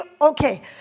okay